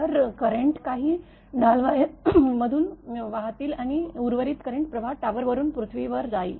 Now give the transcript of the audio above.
तर करेंट काही ढाल वायरमधून वाहतील आणि उर्वरित करेंट प्रवाह टॉवर वरुनपृथ्वीवर जाईल